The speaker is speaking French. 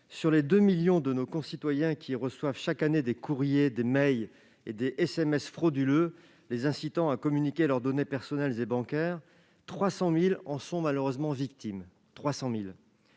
sur les deux millions de nos concitoyens qui reçoivent chaque année des courriers, des mails et des SMS frauduleux les incitant à communiquer leurs données personnelles et bancaires, 300 000 en sont malheureusement victimes. Ces